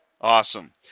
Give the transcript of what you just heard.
awesome